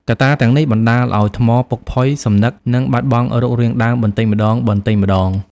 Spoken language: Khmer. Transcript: កត្តាទាំងនេះបណ្ដាលឱ្យថ្មពុកផុយ សំណឹក និងបាត់បង់រូបរាងដើមបន្តិចម្ដងៗ។